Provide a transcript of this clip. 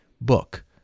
book